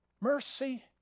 mercy